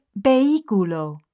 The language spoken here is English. vehículo